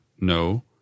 no